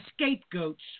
scapegoat's